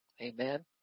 Amen